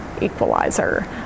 equalizer